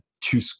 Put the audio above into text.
two